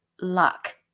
luck